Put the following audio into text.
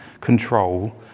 control